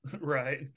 Right